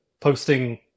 Posting